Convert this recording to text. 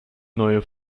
neue